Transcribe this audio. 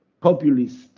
populist